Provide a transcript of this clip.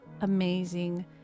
amazing